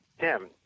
Tim